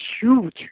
huge